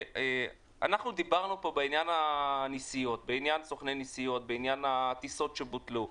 דיברנו פה בעניין סוכני הנסיעות ובעניין הטיסות שבוטלו.